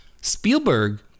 Spielberg